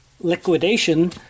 liquidation